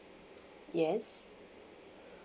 yes